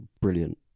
brilliant